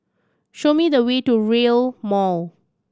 show me the way to Rail Mall